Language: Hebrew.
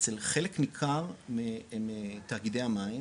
אצל חלק ניכר מתאגידי המים,